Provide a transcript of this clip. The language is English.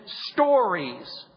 stories